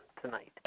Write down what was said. tonight